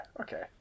okay